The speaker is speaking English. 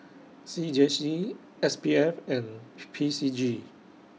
C J C S P F and P C G